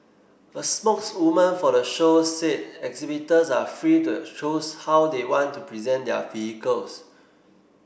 a spokeswoman for the show said exhibitors are free to choose how they want to present their vehicles